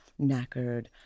knackered